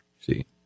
See